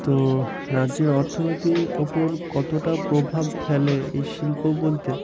তো রাজ্যের অর্থনীতির ওপর কতটা প্রভাব ফেলে এই শিল্প বলতে